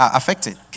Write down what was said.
affected